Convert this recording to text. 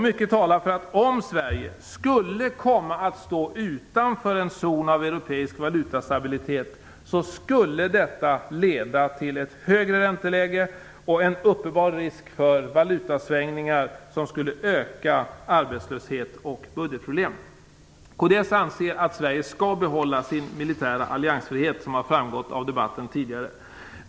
Mycket talar för att om Sverige skulle komma att stå utanför en zon av europeisk valutastabilitet skulle detta leda till ett högre ränteläge och en uppenbar risk för valutasvängningar som skulle öka arbetslöshet och budgetproblem. Kds anser att Sverige skall behålla sin militära alliansfrihet, som framgått av debatten tidigare.